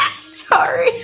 Sorry